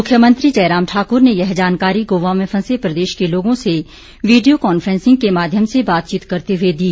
मुख्यमंत्री जयराम ठाकुर ने यह जानकारी गोवा में फंसे प्रदेश के लोगों से वीडियो कॉन्फ्रैसिंग के माध्यम से बातचीत करते हुए दी